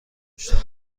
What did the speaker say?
مشتاق